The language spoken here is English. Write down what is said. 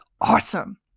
awesome